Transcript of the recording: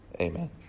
amen